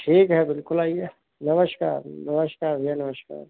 ठीक है बिल्कुल आइए नमस्कार नमस्कार भैया नमस्कार